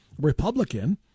Republican